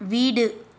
வீடு